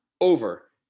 over